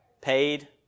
paid